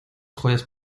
joyas